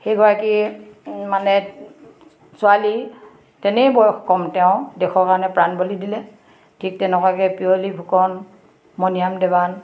সেইগৰাকী মানে ছোৱালী তেনেই বয়স ক'ম তেওঁ দেশৰ কাৰণে প্ৰাণ বলি দিলে ঠিক তেনেকুৱাকে পিয়লি ফুকন মণিৰাম দেৱান